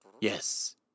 Yes